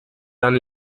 dann